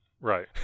Right